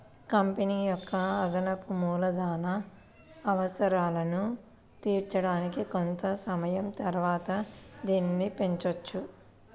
company యొక్క అదనపు మూలధన అవసరాలను తీర్చడానికి కొంత సమయం తరువాత దీనిని పెంచొచ్చు